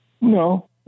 No